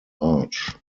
arch